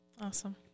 Awesome